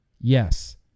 Yes